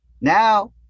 Now